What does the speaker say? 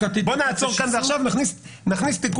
בוא נעצור כאן ועכשיו ונכניס תיקון.